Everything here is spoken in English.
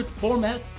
format